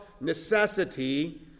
necessity